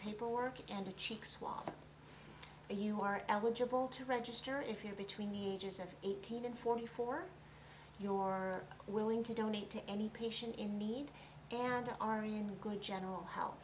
paperwork and a cheek swab you are eligible to register if you are between the ages of eighteen and forty four your willing to donate to any patient in need and the aryan good general health